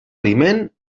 aliment